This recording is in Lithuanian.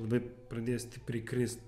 labai pradėjo stipriai krist